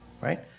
Right